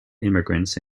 immigrants